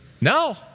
No